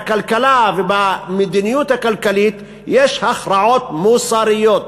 בכלכלה ובמדיניות הכלכלית יש הכרעות מוסריות,